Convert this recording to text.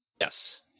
Yes